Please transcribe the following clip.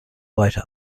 white